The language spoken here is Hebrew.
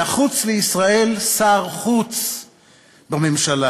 נחוץ לישראל שר חוץ בממשלה,